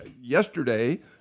yesterday